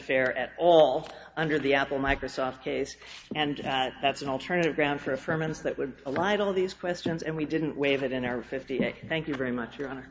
fair at all under the apple microsoft case and that's an alternative ground for a firm and that would allied all of these questions and we didn't wave it in our fifty thank you very much your honor